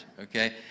okay